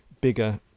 bigger